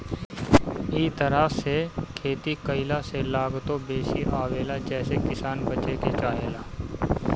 इ तरह से खेती कईला से लागतो बेसी आवेला जेसे किसान बचे के चाहेला